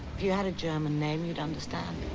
if you had a german name you'd understand.